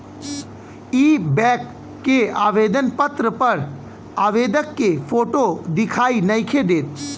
इ बैक के आवेदन पत्र पर आवेदक के फोटो दिखाई नइखे देत